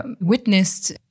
witnessed